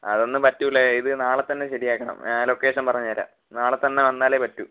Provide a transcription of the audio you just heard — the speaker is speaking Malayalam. അതൊന്നും പറ്റില്ല ഇത് നാളെ തന്നെ ശരിയാക്കണം ലൊക്കേഷൻ പറഞ്ഞ് തരാം നാളെ തന്നെ വന്നാലേ പറ്റൂ